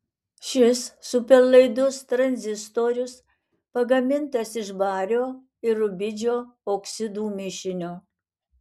šis superlaidus tranzistorius pagamintas iš bario ir rubidžio oksidų mišinio